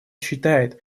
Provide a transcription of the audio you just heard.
считает